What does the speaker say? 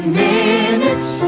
minutes